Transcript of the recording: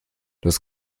das